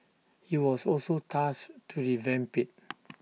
he was also tasked to revamp IT